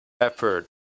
effort